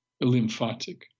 lymphatic